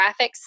graphics